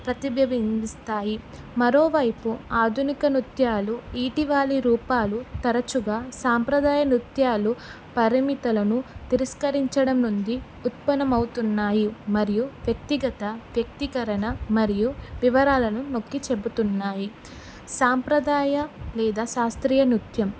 ప్రతిబింబిస్తాయి మరోవైపు ఆధునిక నృత్యాలు ఇటీవలి రూపాలు తరచుగా సాంప్రదాయ నృత్యాలు పరిమితులను తిరస్కరించడం నుండి ఉత్పన్నమవుతున్నాయి మరియు వ్యక్తిగత వ్యక్తీకరణ మరియు వివరాలను నొక్కి చెబుతున్నాయి సాంప్రదాయ లేదా శాస్త్రీయ నృత్యం